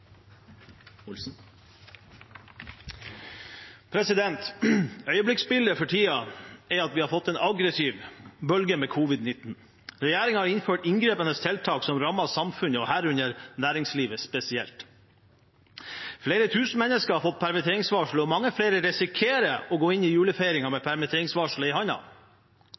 at vi har fått en aggressiv bølge med covid-19. Regjeringen har innført inngripende tiltak som rammer samfunnet, herunder næringslivet spesielt. Flere tusen mennesker har fått permitteringsvarsel, og mange flere risikerer å gå inn i julefeiringen med permitteringsvarselet i